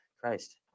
Christ